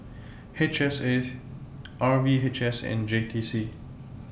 H S A R V H S and J T C